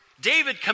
David